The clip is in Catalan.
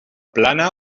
plana